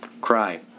Cry